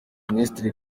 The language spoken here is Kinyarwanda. minisiteri